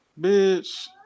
bitch